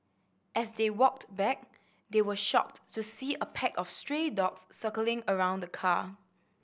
as they walked back they were shocked to see a pack of stray dogs circling around the car